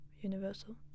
universal